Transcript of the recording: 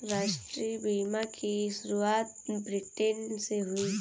राष्ट्रीय बीमा की शुरुआत ब्रिटैन से हुई